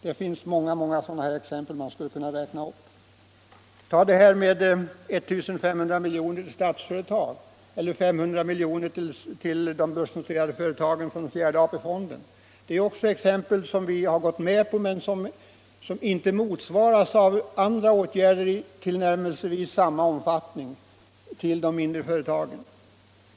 Tag vidare som exempel dessa 1 500 miljoner till Statsföretag eller 500 miljoner till de börsnoterade företagen från fjärde AP-fonden. Det är åtgärder som vi gått med på men som inte motsvaras av åtgärder för de mindre företagen i tillnärmelsevis samma omfattning.